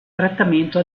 trattamento